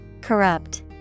Corrupt